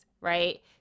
right